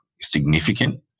significant